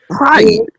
Right